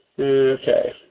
Okay